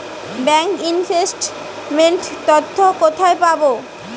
Bank investment তথ্য কোথায় পাব?